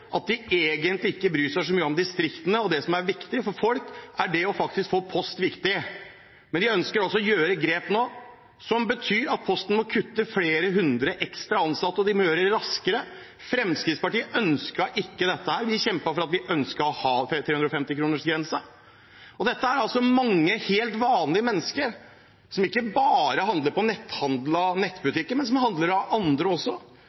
at de egentlig ikke bryr seg så mye om distriktene og det som er viktig. For folk er det å få post viktig, men de ønsker altså å ta grep nå som betyr at Posten må kutte flere hundre ekstra ansatte, og de må gjøre det raskere. Fremskrittspartiet ønsket ikke dette. Vi ønsket å ha og kjempet for 350-kronersgrensen. Dette gjelder mange helt vanlige mennesker, som ikke bare handler på netthandel og i nettbutikker, men som handler hos andre også,